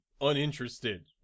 uninterested